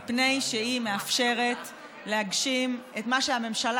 מפני שהיא מאפשרת להגשים את מה שהממשלה